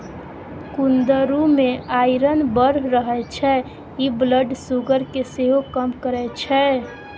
कुंदरु मे आइरन बड़ रहय छै इ ब्लड सुगर केँ सेहो कम करय छै